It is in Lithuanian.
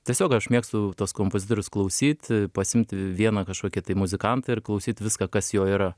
tiesiog aš mėgstu tuos kompozitorius klausyt pasiimt vieną kažkokį tai muzikantą ir klausyt viską kas jo yra